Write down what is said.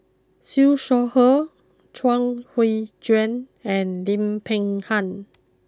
Siew Shaw Her Chuang Hui Tsuan and Lim Peng Han